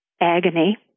agony